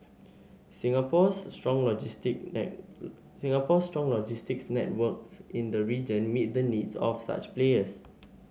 Singapore's strong Singapore's strong logistics networks in the region meet the needs of such players